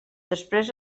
després